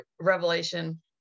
Revelation